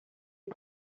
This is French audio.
les